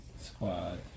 Squad